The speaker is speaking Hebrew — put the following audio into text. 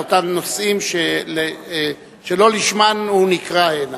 על אותם נושאים שלא לשמם הוא נקרא הנה.